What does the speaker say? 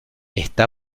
está